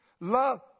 Love